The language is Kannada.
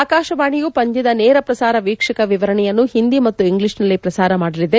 ಆಕಾಶವಾಣಿಯು ಪಂದ್ಯದ ನೇರ ಪ್ರಸಾರ ವೀಕ್ಷಕ ವಿವರಣೆಯನ್ನು ಒಂದಿ ಮತ್ತು ಇಂಗ್ಲಿಷ್ನಲ್ಲಿ ಪ್ರಸಾರ ಮಾಡಲಿದೆ